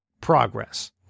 progress